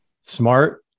Smart